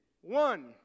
one